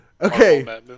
Okay